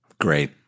great